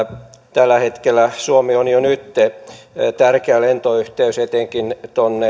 tällä hetkellä suomi on jo nyt tärkeä lentoyhteys etenkin